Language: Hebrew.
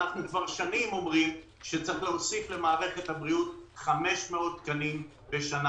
כבר שנים אנחנו אומרים שצריך להוסיף למערכת הבריאות 500 תקנים בשנה.